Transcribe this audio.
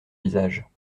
visage